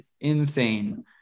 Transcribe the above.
insane